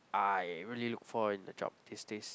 I really look for in a job these days